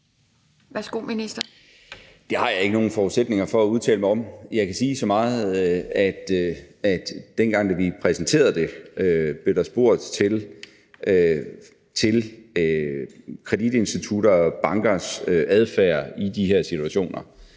Bødskov): Det har jeg ikke nogen forudsætninger for at udtale mig om. Jeg kan sige så meget, at dengang vi præsenterede det, blev der spurgt til kreditinstitutternes og bankernes adfærd i de her situationer,